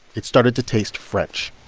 it started to taste french